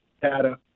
data